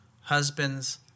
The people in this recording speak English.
husbands